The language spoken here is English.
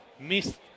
missed